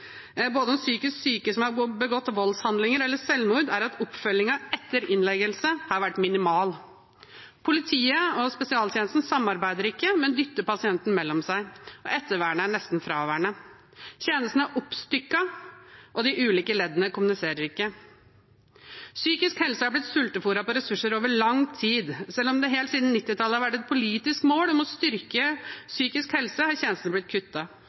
om psykisk syke som har begått voldshandlinger eller selvmord – er at oppfølgingen etter innleggelse har vært minimal. Politiet og spesialisthelsetjenesten samarbeider ikke, men dytter pasientene mellom seg, og ettervernet er nesten fraværende. Tjenestene er oppstykket, og de ulike leddene kommuniserer ikke. Psykisk helse er blitt sultefôret på ressurser over lang tid. Selv om det helt siden 1990-tallet har vært et politisk mål om å styrke psykisk helse, er tjenestene blitt